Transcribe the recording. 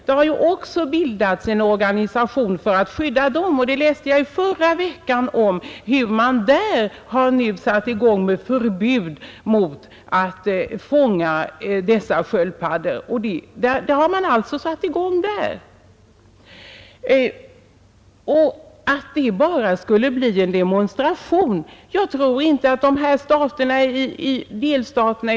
Det har bildats en organisation för att skydda dem, och jag läste i förra veckan att det hade införts förbud mot att fånga sköldpaddor. För dessa djur har alltså någonting nu gjorts. Vidare sade herr Hansson att en sådan lag som jag föreslår bara skulle bli en demonstration. Jag tror inte att det bara blir en demonstration.